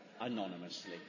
anonymously